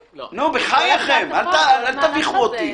בחייכם, אל תביכו אותי.